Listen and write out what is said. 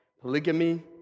polygamy